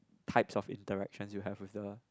types of interaction you have with the